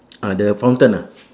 uh the fountain ah